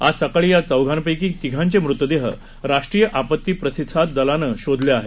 आज सकाळी या चौघांपैकी तिघांचे मृतदेह राष्ट्रीय आपती प्रतिसाद दलानं शोधले आहेत